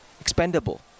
expendable